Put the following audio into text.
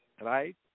right